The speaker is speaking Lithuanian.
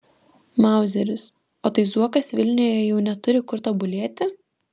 mauzeris o tai zuokas vilniuje jau neturi kur tobulėti